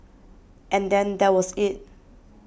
and then that was it